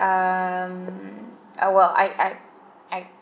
um uh well I I I